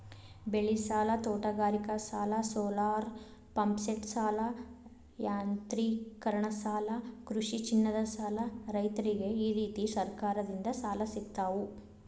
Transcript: ಬೆಳಿಸಾಲ, ತೋಟಗಾರಿಕಾಸಾಲ, ಸೋಲಾರಪಂಪ್ಸೆಟಸಾಲ, ಯಾಂತ್ರೇಕರಣಸಾಲ ಕೃಷಿಚಿನ್ನದಸಾಲ ರೈತ್ರರಿಗ ಈರೇತಿ ಸರಕಾರದಿಂದ ಸಾಲ ಸಿಗ್ತಾವು